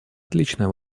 отличная